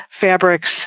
fabrics